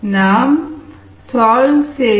5 D m1 KsKsSi0